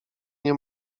nie